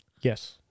Yes